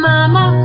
Mama